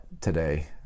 today